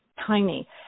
tiny